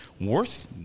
worth